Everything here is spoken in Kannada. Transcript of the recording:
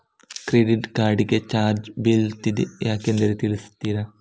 ಕ್ರೆಡಿಟ್ ಕಾರ್ಡ್ ಗೆ ಚಾರ್ಜ್ ಬೀಳ್ತಿದೆ ಯಾಕೆಂದು ತಿಳಿಸುತ್ತೀರಾ?